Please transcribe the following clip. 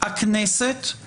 הכנסת,